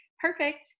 Perfect